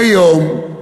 והיום,